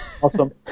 Awesome